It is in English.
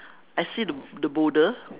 I see the the boulder